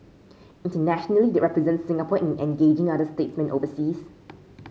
internationally they represent Singapore in engaging other statesmen overseas